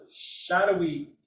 shadowy